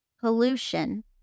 pollution